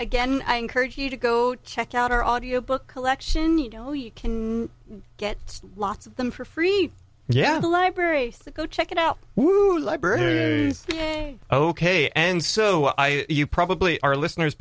again i encourage you to go check out our audio book collection you know you can get lots of them for free yeah the library go check it out library ok and so you probably our listeners